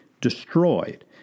destroyed